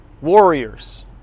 warriors